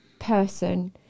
person